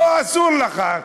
לא, אסור לך.